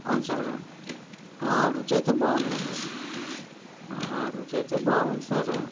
అవును సార్ ఆ రుచైతే బాగుందండి ఆ రుచి అయితే బాగుంది సార్